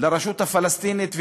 לרשות הפלסטינית ולאש"ף,